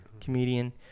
comedian